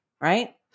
Right